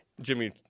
Jimmy